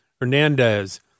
Hernandez